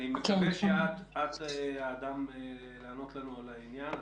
אני מקווה שאת האדם הנכון לעניין זה.